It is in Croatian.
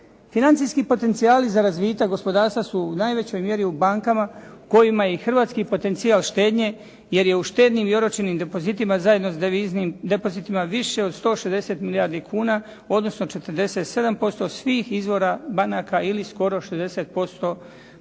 Financijski potencijali za razvitak gospodarstva su u najvećoj mjeri u bankama kojima je i hrvatski potencijal štednje, jer je u štednim i oročenim depozitima zajedno s deviznim depozitima više od 160 milijardi kuna, odnosno 47% svih izvora banaka ili skoro 60% bruto